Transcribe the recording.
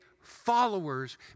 followers